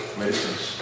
medicines